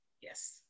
Yes